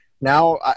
Now